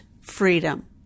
freedom